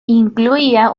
incluía